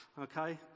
okay